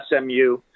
SMU